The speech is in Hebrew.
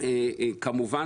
כמובן